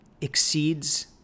exceeds